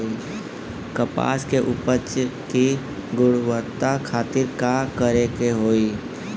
कपास के उपज की गुणवत्ता खातिर का करेके होई?